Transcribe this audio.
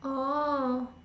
oh